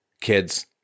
kids